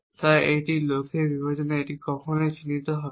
তাই এটি লক্ষ্যের বিবরণে কখনই চিত্রিত হবে না